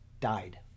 died